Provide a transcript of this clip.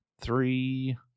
three